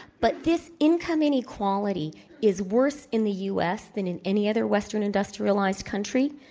but this income inequality is worse in the u. s. than in any other western industrialized country.